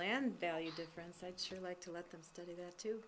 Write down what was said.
land value difference i'd sure like to let them do that too